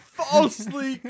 falsely